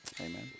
Amen